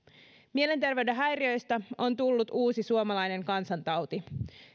mielenterveyden häiriöistä on tullut uusi suomalainen kansantauti